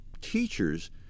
teachers